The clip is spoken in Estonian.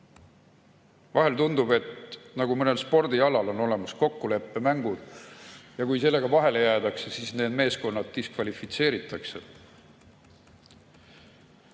kadestama. Aga nagu mõnel spordialal on olemas kokkuleppemängud ja kui sellega vahele jäädakse, siis need meeskonnad diskvalifitseeritakse.